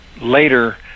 Later